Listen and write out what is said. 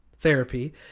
therapy